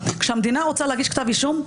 כשהמדינה רוצה להגיש כתב אישום,